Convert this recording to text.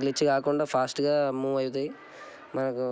glitch కాకుండా ఫాస్ట్గా move అవుతాయి మనకు